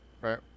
right